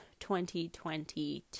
2022